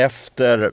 Efter